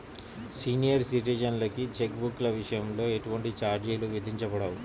senior సిటిజన్లకి cheque బుక్ల విషయంలో ఎటువంటి ఛార్జీలు విధించబడవు